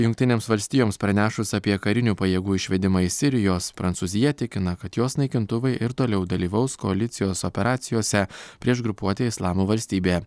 jungtinėms valstijoms pranešus apie karinių pajėgų išvedimą iš sirijos prancūzija tikina kad jos naikintuvai ir toliau dalyvaus koalicijos operacijose prieš grupuotę islamo valstybė